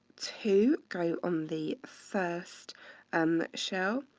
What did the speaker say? two go on the first um shell.